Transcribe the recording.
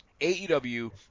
AEW